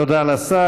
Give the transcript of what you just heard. תודה לשר.